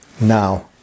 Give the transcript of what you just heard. now